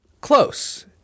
Close